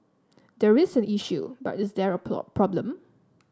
there is an issue but is there a problem